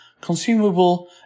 consumable